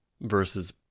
versus